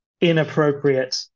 inappropriate